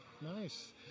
Nice